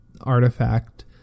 artifact